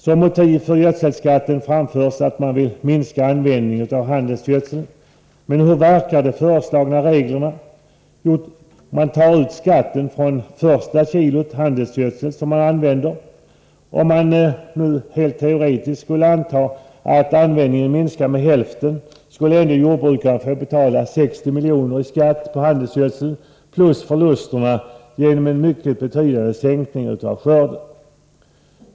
Som motiv för gödselskatten framförs att man vill minska användningen av handelsgödsel. Men hur verkar de föreslagna reglerna? Jo, skatten tas ut från det första kilot handelsgödsel som används. Om man — helt teoretiskt — antar att användningen skulle minska med hälften, skulle jordbrukarna ändå få betala 60 milj.kr. i skatt på handelsgödseln jämte förlusterna till följd av en mycket betydande minskning av skörden.